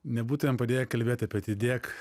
nebūtumėm padėję kalbėt apie tai dėk